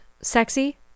sexy